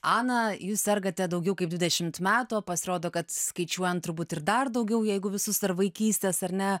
ana jūs sergate daugiau kaip dvidešimt metų pasirodo kad skaičiuojant turbūt ir dar daugiau jeigu visus dar vaikystės ar ne